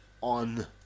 on